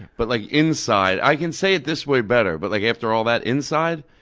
but like inside, i can say it this way better, but like after all that inside,